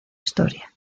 historia